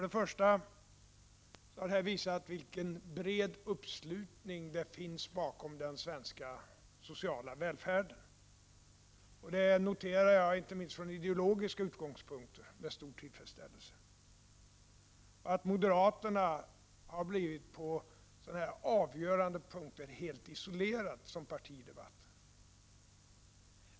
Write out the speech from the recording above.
Den första är att det här har visats vilken bred uppslutning det finns bakom den svenska sociala välfärden. Det noterar jag, inte minst från ideologiska utgångspunkter, med stor tillfredsställelse. Moderata samlingspartiet har som parti på avgörande punkter blivit helt isolerat i debatten.